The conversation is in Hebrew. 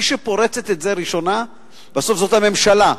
מי שפורצת את זה ראשונה בסוף זאת הממשלה,